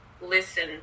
listen